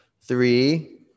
Three